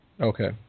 Okay